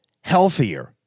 healthier